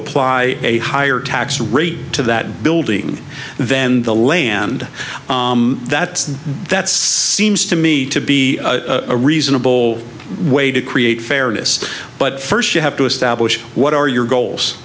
apply a higher tax rate to that building then the land that that seems to me to be a reasonable way to create fairness but first you have to establish what are your goals